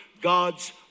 god's